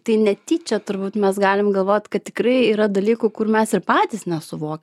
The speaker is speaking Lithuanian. tai netyčia turbūt mes galim galvot kad tikrai yra dalykų kur mes ir patys nesuvokiam